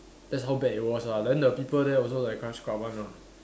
that's how bad it was lah then the people there also like quite scrub one ah